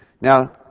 Now